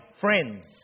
friends